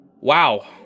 Wow